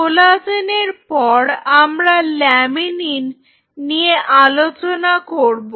কোলাজেনের পর আমরা ল্যামিনিন নিয়ে আলোচনা করব